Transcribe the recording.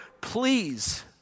please